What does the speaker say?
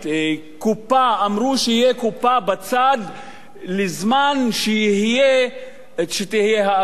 קופה, אמרו שתהיה קופה בצד לזמן שתהיה האטה.